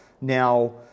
now